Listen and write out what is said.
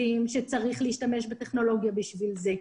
חושבים שצריך להשתמש בטכנולוגיה בשביל זה,